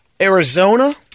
Arizona